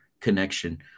connection